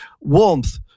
Warmth